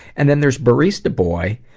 and then there's barista boy,